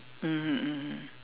mmhmm mmhmm